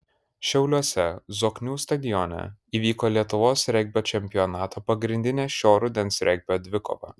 šiauliuose zoknių stadione įvyko lietuvos regbio čempionato pagrindinė šio rudens regbio dvikova